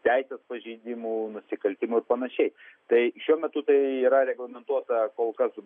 teisės pažeidimų nusikaltimų ir panašiai tai šiuo metu tai yra reglamentuota kol kas